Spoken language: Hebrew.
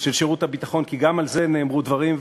של שירות הביטחון, כי גם על זה נאמרו דברים.